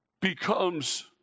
becomes